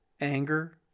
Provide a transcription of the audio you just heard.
Anger